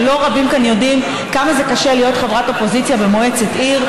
לא רבים כאן יודעים כמה זה קשה להיות חברת אופוזיציה במועצת עיר.